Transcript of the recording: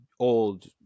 Old